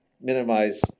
minimize